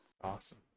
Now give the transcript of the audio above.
Awesome